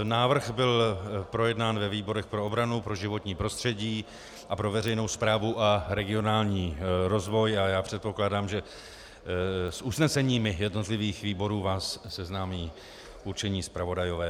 Návrh byl projednán ve výborech pro obranu, pro životní prostředí a pro veřejnou správu a regionální rozvoj a já předpokládám, že s usneseními jednotlivých výborů vás seznámí určení zpravodajové.